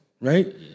right